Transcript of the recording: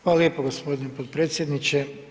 Hvala lijepo gospodine potpredsjedniče.